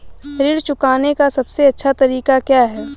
ऋण चुकाने का सबसे अच्छा तरीका क्या है?